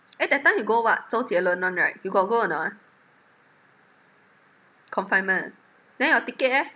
eh that time you go what zhou jie lun one right you got go or not ah confinement then your ticket eh